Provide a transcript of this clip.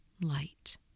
light